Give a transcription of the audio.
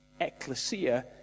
ecclesia